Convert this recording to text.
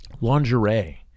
lingerie